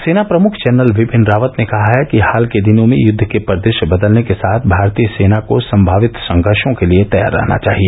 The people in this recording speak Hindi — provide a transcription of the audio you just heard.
सेना प्रमुख जनरल बिपिन रावत ने कहा है कि हाल के दिनों में युद्ध के परिदृश्य बदलने के साथ भारतीय सेना को संभावित संघर्षों के लिए तैयार रहना चाहिए